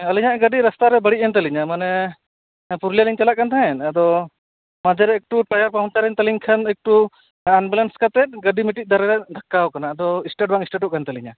ᱟᱹᱞᱤᱧᱟᱜ ᱜᱟᱹᱰᱤ ᱨᱟᱥᱛᱟ ᱨᱮ ᱵᱟᱹᱲᱤᱡ ᱮᱱ ᱛᱟᱹᱞᱤᱧᱟ ᱢᱟᱱᱮ ᱯᱩᱨᱩᱞᱤᱭᱟᱹᱞᱤᱧ ᱪᱟᱞᱟᱜ ᱠᱟᱱ ᱛᱟᱦᱮᱱᱟ ᱟᱫᱚ ᱢᱟᱡᱷᱮ ᱨᱮ ᱮᱠᱴᱩ ᱴᱟᱭᱟᱨ ᱯᱟᱢᱪᱟᱨᱮᱱ ᱛᱟᱹᱞᱤᱧ ᱠᱷᱟᱱ ᱮᱠᱴᱩ ᱟᱱᱵᱮᱞᱮᱱᱥ ᱠᱟᱛᱮᱫ ᱜᱟᱹᱰᱤ ᱢᱤᱫᱴᱤᱡ ᱫᱟᱨᱮ ᱨᱮ ᱫᱷᱟᱠᱠᱟ ᱟᱠᱟᱱᱟ ᱟᱫᱚ ᱮᱥᱴᱟᱴ ᱵᱟᱝ ᱮᱥᱴᱟᱴᱚᱜ ᱠᱟᱱ ᱛᱟᱹᱞᱤᱧᱟ